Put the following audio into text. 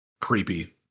creepy